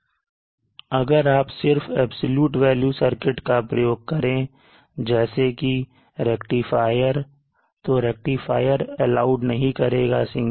अगर आप सिर्फ अबसलूट वैल्यू सर्किट का प्रयोग करें जैसे कि रेक्टिफायर तो रेक्टिफायर अलाउड नहीं करेगा sinking